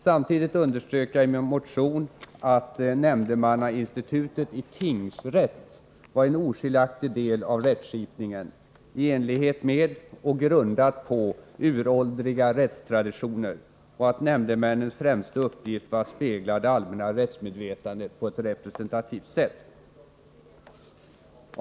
Samtidigt underströk jag i min motion att nämndemannainstitutet i tingsrätt var en oskiljaktig del av rättskipningen i enlighet med och grundat på uråldriga rättstraditioner och att nämndemännens främsta uppgift var att spegla det allmänna rättsmedvetandet på ett representativt sätt.